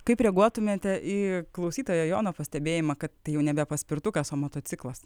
kaip reaguotumėte į klausytojo jono pastebėjimą kad tai jau nebe paspirtukas o motociklas